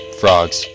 frogs